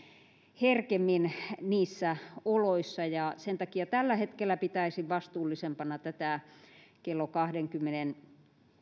herkemmin niissä oloissa ja sen takia tällä hetkellä pitäisin vastuullisempana tätä kello kahdenkymmenenkahden